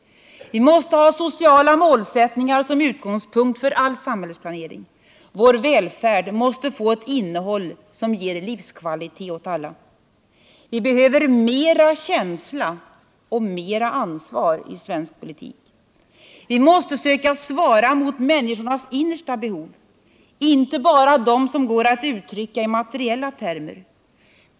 Vi måste ha sociala målsättningar som utgångspunkt för all samhällsplanering. Vår välfärd måste få ett innehåll som ger livskvalitet åt alla. Vi behöver mera känsla och mera ansvar i svensk politik. Vi måste söka svara mot människornas innersta behov, inte bara mot dem som går att uttrycka i materiella termer.